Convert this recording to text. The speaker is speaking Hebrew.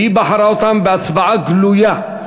והיא בחרה אותם בהצבעה גלויה.